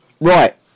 right